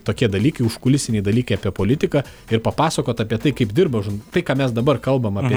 tokie dalykai užkulisiniai dalykai apie politiką ir papasakot apie tai kaip dirba žu tai ką mes dabar kalbam apie